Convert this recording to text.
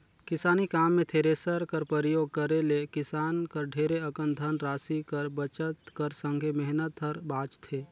किसानी काम मे थेरेसर कर परियोग करे ले किसान कर ढेरे अकन धन रासि कर बचत कर संघे मेहनत हर बाचथे